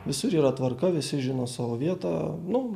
visur yra tvarka visi žino savo vietą nu